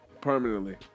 permanently